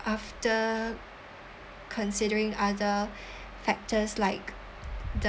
after considering other factors like the